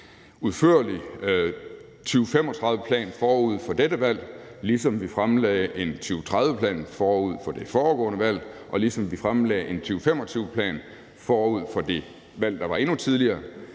udførlig 2035-plan forud for dette valg, ligesom vi fremlagde en 2030-plan forud for det foregående valg, og ligesom vi fremlagde en 2025-plan forud for det valg, der var endnu tidligere,